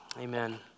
amen